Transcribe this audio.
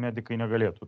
medikai negalėtų